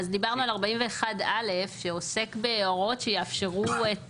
אז דיברנו על 41 א' שעוסק בהוראות שיאפשרו את